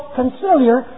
conciliar